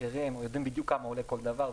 מחירים ויודעים בדיוק כמה עולה כל דבר.